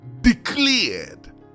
declared